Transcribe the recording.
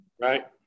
right